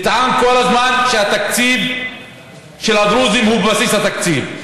נטען כל הזמן שהתקציב של הדרוזים הוא בבסיס התקציב,